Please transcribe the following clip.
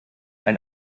ein